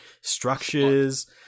structures